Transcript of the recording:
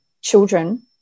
children